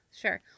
Sure